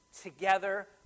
together